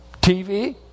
TV